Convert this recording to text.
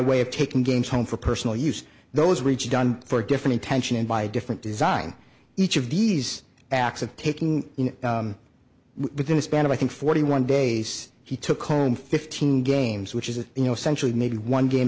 way of taking games home for personal use those reach done for different intention and by different design each of these acts of taking within a span of i think forty one days he took home fifteen games which is a you know century maybe one game